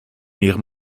ihrem